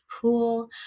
pool